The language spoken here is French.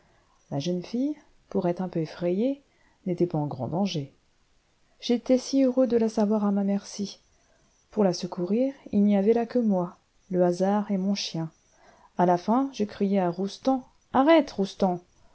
la jeune fille pour être un peu effrayée n'était pas en grand danger j'étais si heureux de la savoir à ma merci pour la secourir il n'y avait là que moi le hasard et mon chien à la fin je crie à roustan arrête roustan